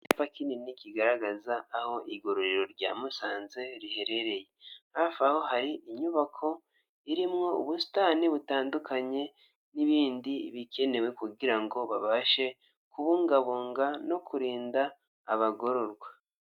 Icyapa kinini kigaragaza aho igurero rya Musanze riherereye, hafi aho hari inyubako irimo ubusitani butandukanye n'ibindi bikenewe kugira ngo babashe kubungabunga no kurinda abagororwa.